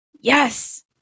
Yes